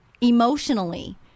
Emotionally